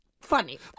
funny